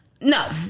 no